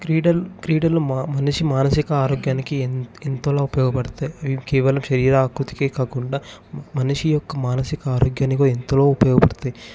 క్రీడలు క్రీడలు మనిషి మానసిక ఆరోగ్యానికి ఎంతోల ఉపయోగపడతాయి కేవలం శరీర ఆకృతికే కాకుండా మనిషి యొక్క మానసిక ఆరోగ్యానికి ఎంతలో ఉపయోగపడతాయి